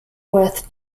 worth